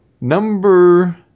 Number